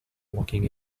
walking